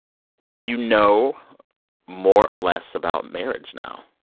do you know more or less about marriage now?